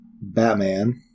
batman